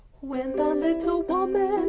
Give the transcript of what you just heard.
when the little woman